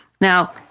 Now